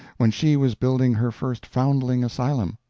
when she was building her first foundling asylum,